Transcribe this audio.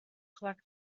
collect